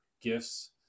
gifts